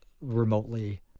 remotely